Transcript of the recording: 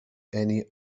any